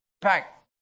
back